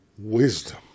wisdom